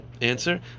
Answer